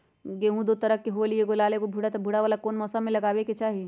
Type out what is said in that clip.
गेंहू दो तरह के होअ ली एगो लाल एगो भूरा त भूरा वाला कौन मौसम मे लगाबे के चाहि?